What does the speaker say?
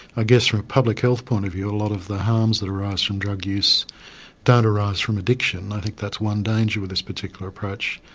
guess from a public health point of view a lot of the harms that arise from drug use don't arise from addiction, i think that's one danger of this particular approach.